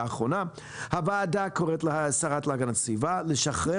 הוועדה קוראת לשרה להגנת הסביבה לשחרר